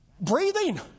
breathing